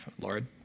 Lord